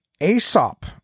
Aesop